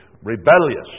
rebellious